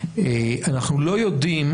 אנחנו לא יודעים